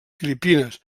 filipines